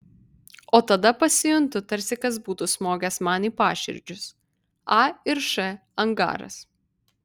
o tada pasijuntu tarsi kas būtų smogęs man į paširdžius a ir š angaras